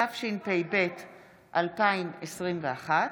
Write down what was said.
התשפ"ב 2021,